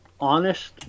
honest